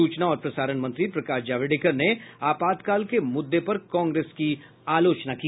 सूचना और प्रसारण मंत्री प्रकाश जावड़ेकर ने आपातकाल के मुद्दे पर कांग्रेस की आलोचना की